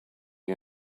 you